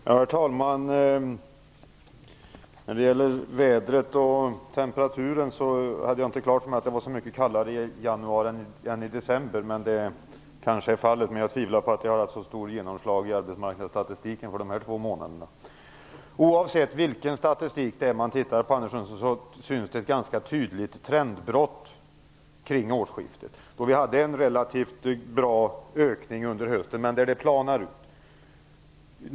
Herr talman! När det gäller vädret och temperaturen hade jag inte klart för mig att det var så mycket kallare i januari än i december, men det kanske är fallet. Men jag tvivlar på att det haft så stort genomslag i arbetsmarknadsstatistiken för de två månaderna. Oavsett vilken statistik man läser visar de ett ganska tydligt trendbrott kring årsskiftet. Vi hade en relativt god ökning under hösten som planade ut.